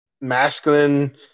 masculine